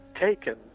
taken